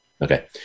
Okay